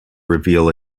reveal